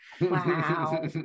Wow